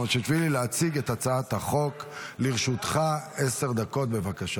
ותעבור לדיון בוועדת